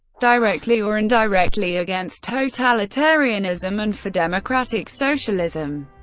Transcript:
directly or indirectly, against totalitarianism and for democratic socialism.